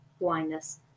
blindness